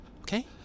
okay